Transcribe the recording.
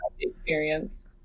experience